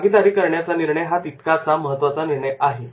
भागीदारी करण्याचा निर्णय हा तितकाच महत्त्वाचा निर्णय आहे